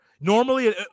normally